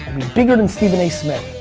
bigger than stephen a. smith,